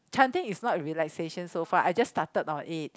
chanting is not realisation so far I just started on it